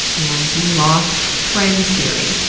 and the lost friends theory,